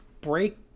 break